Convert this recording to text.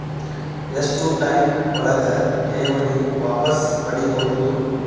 ಎಷ್ಟು ಟೈಮ್ ಒಳಗ ಠೇವಣಿ ವಾಪಸ್ ಪಡಿಬಹುದು?